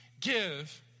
give